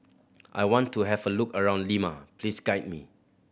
I want to have a look around Lima please guide me